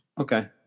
Okay